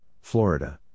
Florida